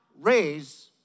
raise